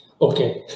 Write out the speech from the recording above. Okay